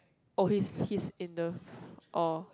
oh he's he's in the or